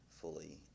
fully